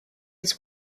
his